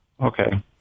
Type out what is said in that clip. Okay